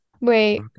Wait